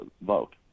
vote